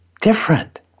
different